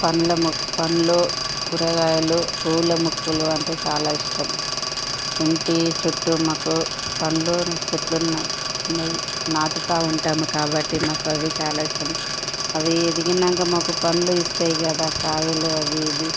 పండ్ల మొక్క పండ్లు కూరగాయలు పూల మొక్కలు అంటే చాలా ఇష్టం ఇంటి చుట్టూ మాకు పండ్లు చెట్లున్న చిన్నది నాటుతా ఉంటాం కాబట్టి మాకు అవి చాలా ఇష్టం అవి ఎదిగినాక మాకు పండ్లు ఇస్తాయి గదా కాయలు అవి ఇవి